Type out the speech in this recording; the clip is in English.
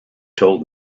told